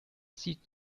sieht